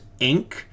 Inc